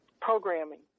programming